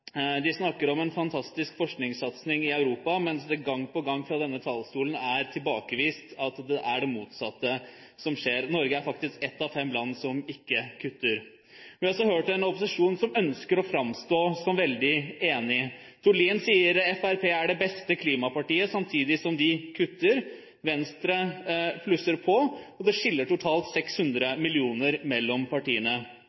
De snakker om en fantastisk forskningssatsing i Europa, mens det gang på gang fra denne talerstolen er tilbakevist; det er det motsatte som skjer. Norge er faktisk ett av fem land som ikke kutter. Vi har også hørt en opposisjon som ønsker å framstå som veldig enig. Tord Lien sier at Fremskrittspartiet er det beste klimapartiet, samtidig som de kutter. Venstre plusser på. Det skiller totalt